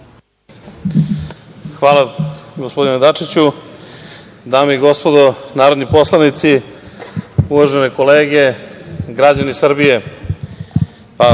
Hvala, gospodine Dačiću. Dame i gospodo narodni poslanici, uvažene kolege i građani Srbije,